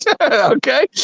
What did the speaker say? Okay